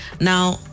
Now